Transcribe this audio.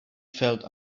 felt